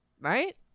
right